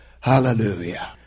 hallelujah